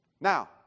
Now